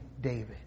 David